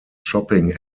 shopping